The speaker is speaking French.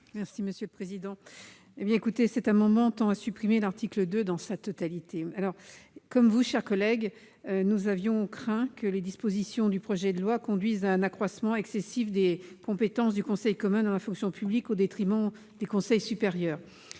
de la commission ? Cet amendement tend à supprimer l'article 2 dans sa totalité. Comme vous, madame Apourceau-Poly, nous avons craint que les dispositions du projet de loi ne conduisent à un accroissement excessif des compétences du Conseil commun de la fonction publique au détriment des conseils supérieurs.